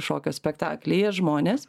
šokio spektaklyje žmonės